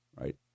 right